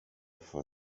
for